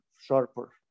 sharper